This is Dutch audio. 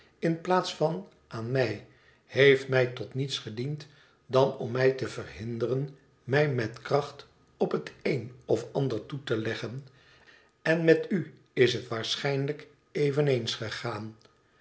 in plaats van aan mij heeft mij tot niets gediend dan om mij te verhinderen mij met kracht op het een of ander toe te leggen en met u is het waarschijnlijk eveneens gegaan